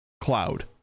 cloud